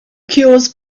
cures